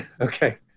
Okay